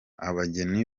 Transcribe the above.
abageni